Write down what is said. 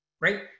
right